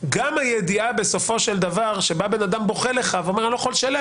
גם כשאדם מגיע אליך בוכה ואומר לך: אני לא יכול לשלם,